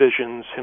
visions